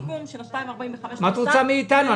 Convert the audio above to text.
מה את רוצה מאיתנו?